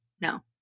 No